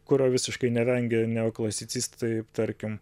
kurio visiškai nevengė neoklasicistai tarkim